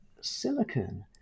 silicon